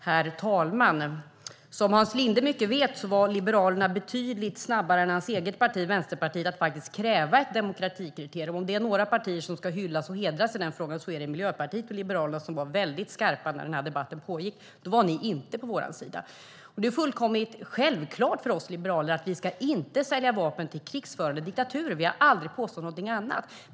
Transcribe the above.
Herr talman! Som Hans Linde mycket väl vet var Liberalerna betydligt snabbare än hans eget parti, Vänsterpartiet, med att kräva ett demokratikriterium. Om det är några partier som ska hyllas och hedras i den frågan är det Miljöpartiet och Liberalerna som var väldigt skarpa när den debatten pågick. Då var ni inte på vår sida, Hans Linde. Det är fullkomligt självklart för oss liberaler att vi inte ska sälja vapen till krigförande diktaturer. Vi har aldrig påstått något annat.